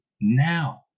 now